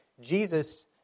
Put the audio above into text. Jesus